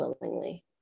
willingly